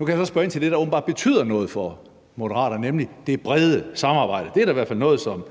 Nu kan jeg så spørge ind til det, der åbenbart betyder noget for Moderaterne, nemlig det brede samarbejde. Det er da i hvert fald noget, som